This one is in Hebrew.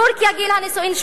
בטורקיה גיל הנישואין,